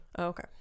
Okay